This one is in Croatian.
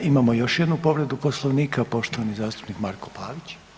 Imamo još jednu povredu poslovnika, poštovani zastupnik Marko Pavić.